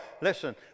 Listen